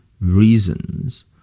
reasons